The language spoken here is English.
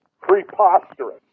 preposterous